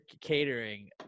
catering